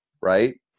right